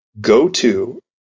go-to